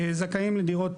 זכאים לדירות,